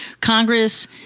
Congress